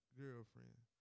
girlfriend